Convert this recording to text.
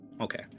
okay